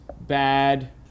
bad